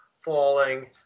falling